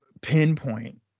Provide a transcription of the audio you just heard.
pinpoint